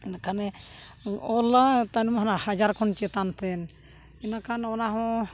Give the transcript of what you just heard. ᱮᱱᱠᱷᱟᱱᱮ ᱚᱞᱟ ᱛᱟᱭ ᱦᱟᱡᱟᱨ ᱠᱷᱚᱱ ᱪᱮᱛᱟᱱ ᱛᱮᱱ ᱤᱱᱟᱹᱠᱷᱟᱱ ᱚᱱᱟᱦᱚᱸ